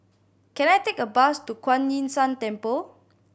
can I take a bus to Kuan Yin San Temple